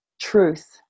truth